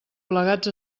plegats